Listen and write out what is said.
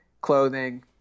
clothing